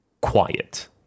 quiet